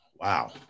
wow